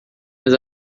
mas